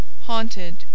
haunted